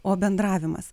o bendravimas